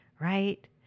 right